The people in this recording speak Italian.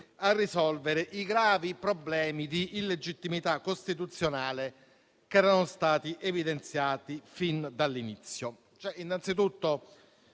a risolvere i gravi problemi di illegittimità costituzionale che erano stati evidenziati fin dall'inizio.